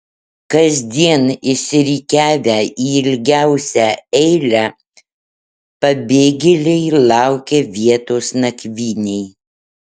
kasdien išsirikiavę į ilgiausią eilę pabėgėliai laukia vietos nakvynei